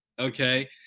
Okay